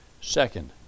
Second